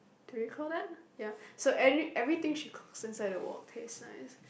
do you call that ya so every~ everything she cooks inside the wok taste nice